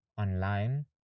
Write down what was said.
online